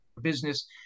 business